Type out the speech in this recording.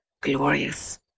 Glorious